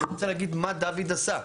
אני רוצה להגיד מה דוד עשה,